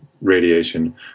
radiation